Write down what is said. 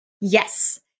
Yes